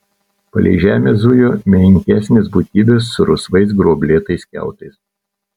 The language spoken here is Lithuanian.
palei žemę zujo menkesnės būtybės su rusvais gruoblėtais kiautais